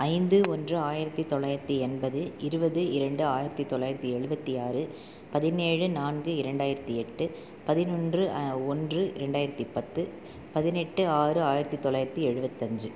ஐந்து ஒன்று ஆயிரத்து தொளாயிரத்து எண்பது இருபது இரண்டு ஆயிரத்து தொளாயிரத்து எழுபத்தி ஆறு பதினேழு நான்கு இரண்டாயிரத்து எட்டு பதினொன்று ஒன்று ரெண்டாயிரத்து பத்து பதினெட்டு ஆறு ஆயிரத்து தொளாயிரத்து எழுபத்தஞ்சு